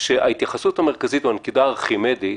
שההתייחסות המרכזית או הנקודה הארכימדית